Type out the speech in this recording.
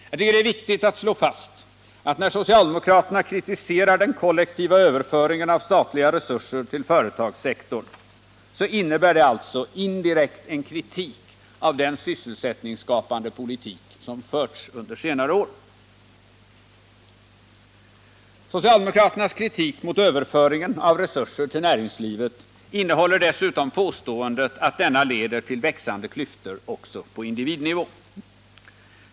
Jag tycker att det är viktigt att slå fast att när socialdemokraterna kritiserar den kollektiva överföringen av statliga resurser till företagssektorn, så innebär det alltså indirekt en kritik av den sysselsättningsskapande politik som har förts under senare år. Socialdemokraternas kritik mot överföringen av resurser till näringslivet innehåller dessutom påståendet att denna leder till växande klyftor på individnivå.